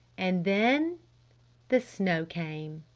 and then the snow came!